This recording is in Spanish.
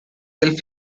del